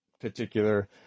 particular